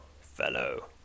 fellow